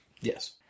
Yes